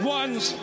one's